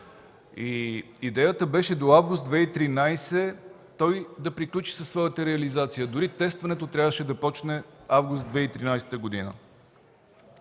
Идеята беше до август 2013 г. той да приключи със своята реализация. Дори тестването трябваше да започне през август 2013 г.